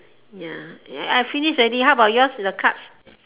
ya I finish already how about yours the card